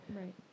Right